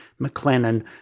McLennan